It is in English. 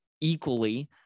equally